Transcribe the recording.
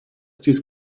dies